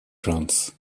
шанс